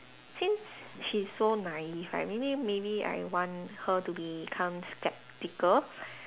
since she's so naive right maybe maybe I want her to become skeptical